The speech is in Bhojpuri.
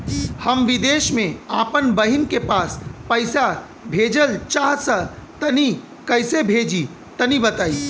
हम विदेस मे आपन बहिन के पास पईसा भेजल चाहऽ तनि कईसे भेजि तनि बताई?